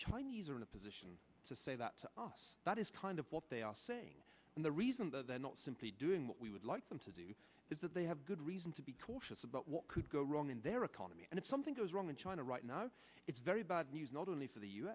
chinese are in a position to say that that is kind of what they are saying and the reason that they're not simply doing what we would like them to do is that they have good reason to be cautious about what could go wrong in their economy and if something goes wrong in china right now it's very bad news not only for the u